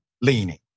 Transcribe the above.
leaning